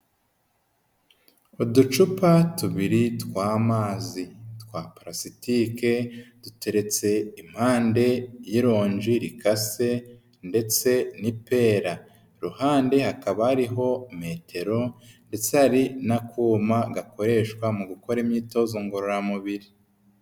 Uducupa tubiri tw'amazi twa palasitike, duteretse impande y'ironji rikase ndetse n'ipera, ku ruhande hakaba hariho metero ndetse hari n'akuma gakoreshwa mu gukora imyitozo ngororamubiri.